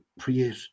create